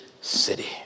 city